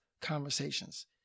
conversations